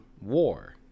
war